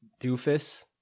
doofus